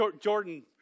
Jordan